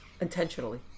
intentionally